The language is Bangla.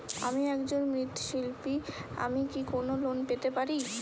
আমি একজন মৃৎ শিল্পী আমি কি কোন লোন পেতে পারি?